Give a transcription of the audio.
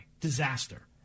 Disaster